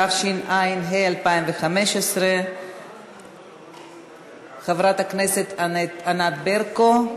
התשע"ה 2015. חברת הכנסת ענת ברקו,